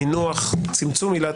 המינוח "צמצום עילת